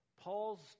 Paul's